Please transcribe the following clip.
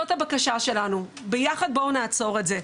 זאת הבקשה שלנו, ביחד בואו נעצור את זה.